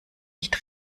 nicht